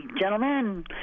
gentlemen